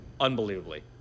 unbelievably